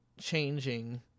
changing